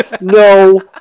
no